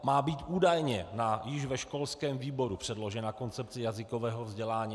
Má být údajně již ve školském výboru předložena koncepce jazykového vzdělávání.